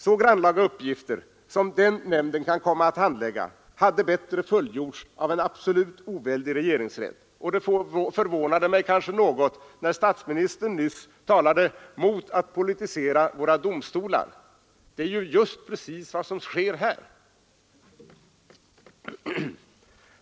De grannlaga uppgifter, som den nämnden kan komma att handlägga, hade bättre fullgjorts av en absolut oväldig regeringsrätt. Det förvånade mig kanske något när statsministern nyss talade mot att politisera våra domstolar. Det är ju precis vad som här kommer att ske.